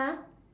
!huh!